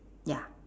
ya